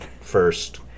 first